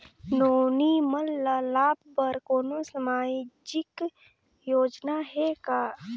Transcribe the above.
नोनी मन ल लाभ बर कोनो सामाजिक योजना हे का?